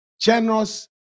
Generous